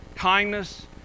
kindness